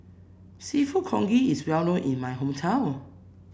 seafood congee is well known in my hometown